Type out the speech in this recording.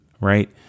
right